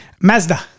Mazda